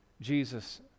Jesus